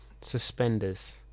Suspenders